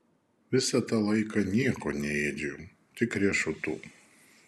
visą tą laiką nieko neėdžiau tik riešutų